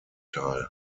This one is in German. teil